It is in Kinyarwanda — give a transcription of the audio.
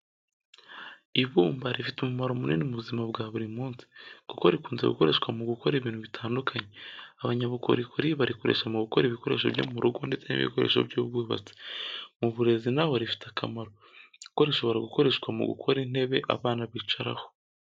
Ibumba rifite umumaro munini mu buzima bwa buri munsi, kuko rikunze gukoreshwa mu gukora ibintu bitandukanye. Abanyabukorikori barikoresha mu gukora ibikoresho byo mu rugo ndetse n'ibikoresho by'ubwubatsi. Mu burezi naho rifite akamaro, kuko rishobora gukoreshwa mu gukora intebe abana bicaraho.